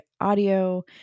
audio